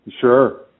Sure